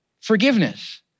forgiveness